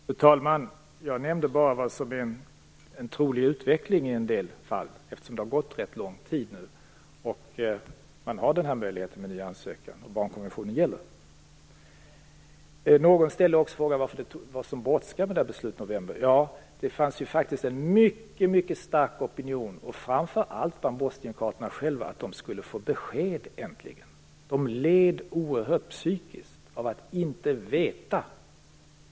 Fru talman! Jag nämnde bara vad som är en trolig utveckling i en del fall, eftersom det nu har gått rätt lång tid, möjligheten till ny ansökan finns och barnkonventionen gäller. Någon frågade varför det var en sådan brådska med beslutet i november. Ja, det fanns, framför allt bland bosnienkroaterna själva, en mycket stark opinion för att man äntligen skulle få besked. De led oerhört psykiskt av att inte veta.